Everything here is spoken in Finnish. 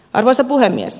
arvoisa puhemies